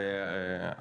ומענק לקשישים סיעודיים.